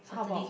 how about